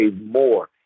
more